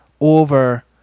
over